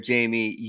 Jamie